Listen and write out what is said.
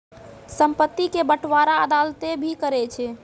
संपत्ति के बंटबारा अदालतें भी करै छै